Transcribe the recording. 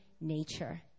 nature